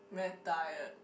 very tired